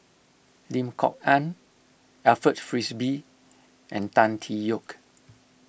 Lim Kok Ann Alfred Frisby and Tan Tee Yoke